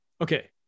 okay